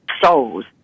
souls